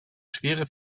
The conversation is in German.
schwere